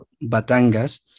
Batangas